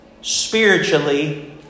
spiritually